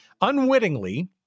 Unwittingly